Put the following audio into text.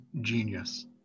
genius